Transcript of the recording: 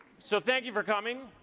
so thank you for coming.